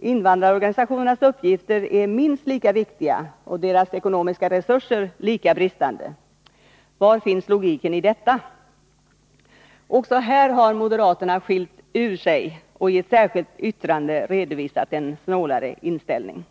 Invandrarorganisationernas uppgifter är minst lika viktiga och deras ekonomiska resurser lika bristande. Var finns logiken? Också här har moderaterna skiljt ut sig och i ett särskilt yttrande redovisat en snålare inställning.